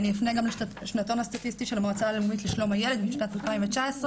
אני אפנה גם לשנתון הסטטיסטי של המועצה הלאומית לשלום הילד משנת 2019,